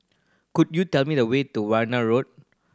could you tell me the way to Warna Road